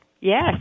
Yes